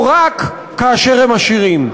או רק כאשר הם עשירים?